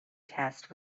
test